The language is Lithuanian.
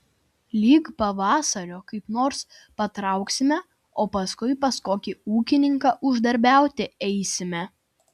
lig pavasario kaip nors pratrauksime o paskui pas kokį ūkininką uždarbiauti eisime